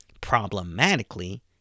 Problematically